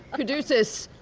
caduceus,